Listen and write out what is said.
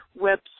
web